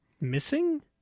Missing